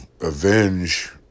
avenge